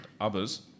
Others